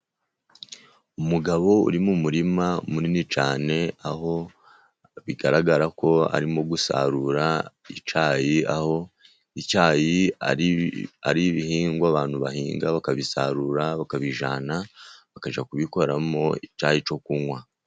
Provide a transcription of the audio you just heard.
Umugabo uri mu murima munini cyane ,aho bigaragara ko arimo gusarura icyayi ,aho icyayi ari ibihingwa abantu bahinga bakabisarura, bakabijyana bakajya kubikoramo icyayi cyo kunywa.